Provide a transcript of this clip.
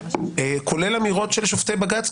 כולל אמירות של שופטי בג"ץ,